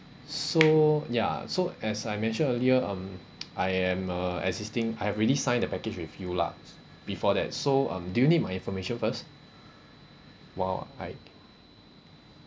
so ya so as I mention earlier um I am a existing I've already signed the package with you lah before that so um do you need my information first while I